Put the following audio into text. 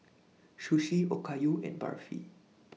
Sushi Okayu and Barfi